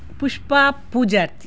Pushpa Poojarthi